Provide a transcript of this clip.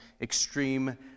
extreme